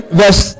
verse